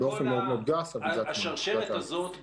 באופן מאוד מאוד גס --- השרשרת הזאת,